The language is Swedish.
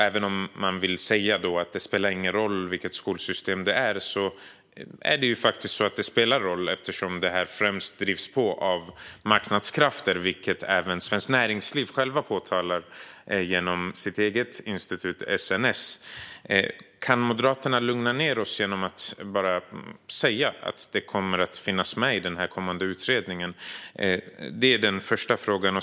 Även om det sägs att det inte spelar någon roll vilket skolsystem det är spelar det faktiskt roll eftersom detta drivs på främst av marknadskrafter, vilket även Svenskt Näringsliv påpekar genom sitt eget institut SNS. Kan Moderaterna lugna ned oss genom att bara säga att detta kommer att finnas med i den kommande utredningen? Det är min första fråga.